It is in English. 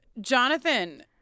Jonathan